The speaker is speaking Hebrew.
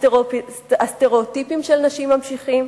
הסטריאוטיפים של נשים ממשיכים.